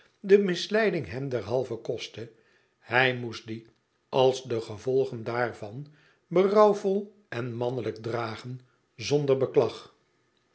de misleiding hem derhalve kostte hij moest die als de gevolgen daarvan berouwvol en mannelijk dragen zonder beklag